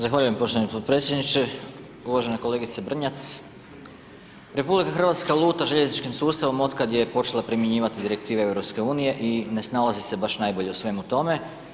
Zahvaljujem poštovani potpredsjedniče, uvaženi kolegice Brnjac, Republika Hrvatska luta željezničkim sustavom od kada je počela primjenjivati direktive EU, i ne snalazi se baš najbolje u svemu tome.